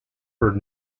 heard